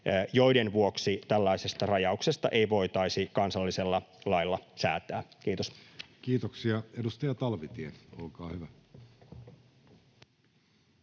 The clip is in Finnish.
joiden vuoksi tällaisesta rajauksesta ei voitaisi kansallisella lailla säätää. — Kiitos. Kiitoksia. — Edustaja Talvitie, olkaa hyvä.